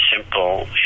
simple